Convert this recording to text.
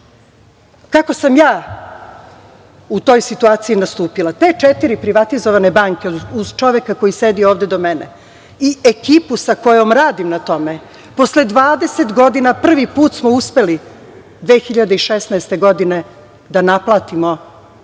sam ja u toj situaciji nastupila, te četiri privatizovane banke uz čoveka koji sedi ovde do mene i ekipu sa kojom radim na tome, posle 20 godina prvi put smo uspeli 2016. godine da naplatimo deo